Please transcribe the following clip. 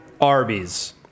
Arby's